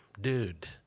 dude